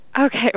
Okay